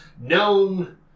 known